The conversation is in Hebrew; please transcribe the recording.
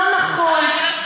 לא נכון.